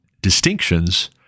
distinctions